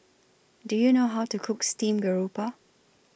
Do YOU know How to Cook Steamed Garoupa